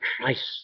Christ